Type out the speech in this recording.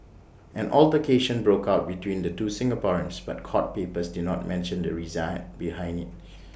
an altercation broke out between the two Singaporeans but court papers did not mention the reason behind IT